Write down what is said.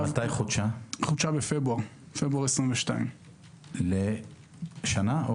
היא חודשה בפברואר 2022. היא חודשה לשנה?